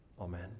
amen